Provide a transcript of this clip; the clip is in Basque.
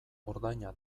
ordaina